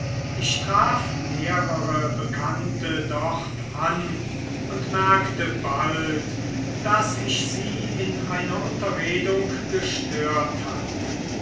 ich traf mehrere bekannte dort an und merkte bald daß ich sie in einer unterredung gestört hatte